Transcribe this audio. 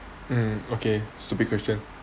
um okay stupid question